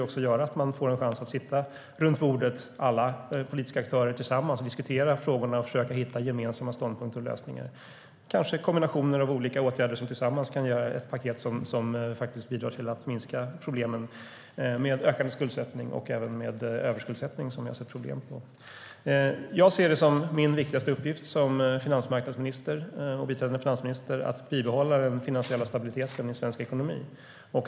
En sådan skulle ge en chans för alla politiska aktörer att sitta runt bordet tillsammans, diskutera frågorna och försöka hitta gemensamma ståndpunkter och lösningar. Kanske kan kombinationer av olika åtgärder ge ett paket som bidrar till att minska problemen med ökad skuldsättning och överskuldsättning. Jag ser det som min viktigaste uppgift som finansmarknadsminister och biträdande finansminister att bibehålla den finansiella stabiliteten i svensk ekonomi.